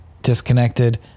disconnected